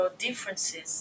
differences